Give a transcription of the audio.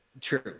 true